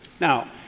Now